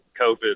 COVID